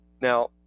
Now